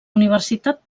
universitat